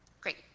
Great